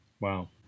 Wow